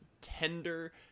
tender